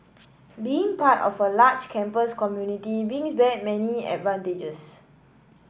being part of a large campus community brings many advantages